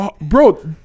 Bro